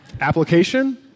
application